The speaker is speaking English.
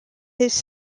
his